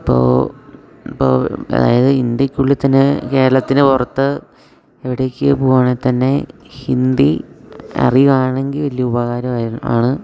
അപ്പോൾ ഇപ്പോൾ അതായത് ഇന്ത്യക്കുള്ളിൽതന്നെ കേരളത്തിന് പുറത്ത് എവിടേക്ക് പോവാണേൽതന്നെ ഹിന്ദി അറിയുവാണെങ്കിൽ വലിയ ഉപകാരം ആണ്